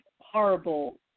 horrible